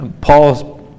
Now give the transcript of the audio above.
Paul's